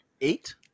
Eight